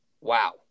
Wow